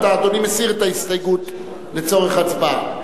אדוני מסיר את ההסתייגות לצורך הצבעה?